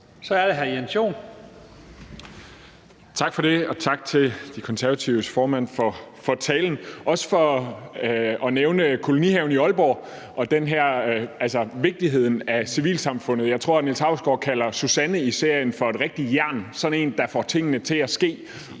Joel. Kl. 16:22 Jens Joel (S): Tak for det. Og tak til De Konservatives formand for talen og også for at nævne kolonihaven i Aalborg og vigtigheden af civilsamfundet. Jeg tror, Niels Hausgaard kalder Susanne i serien for et rigtigt jern, altså sådan en, der får tingene til at ske,